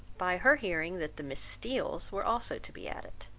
by her hearing that the miss steeles were also to be at it.